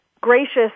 gracious